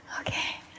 Okay